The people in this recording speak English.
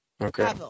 Okay